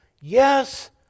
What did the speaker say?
Yes